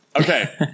okay